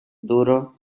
duro